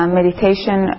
meditation